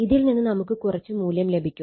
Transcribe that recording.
ഇതിൽ നിന്ന് നമുക്ക് കുറച്ച് മൂല്യം ലഭിക്കും